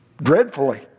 dreadfully